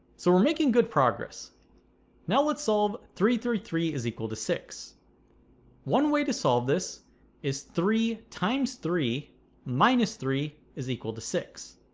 so we're making good progress now, let's solve three three three is equal to six one way to solve this is three times three minus three is equal to six